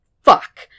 fuck